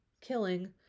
killing